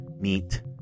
meet